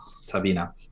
sabina